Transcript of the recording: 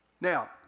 Now